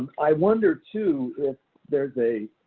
and i wonder, too, if there's a